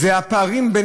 זה הפערים בין,